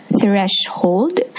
threshold